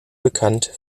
bekannt